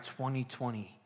2020